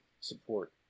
support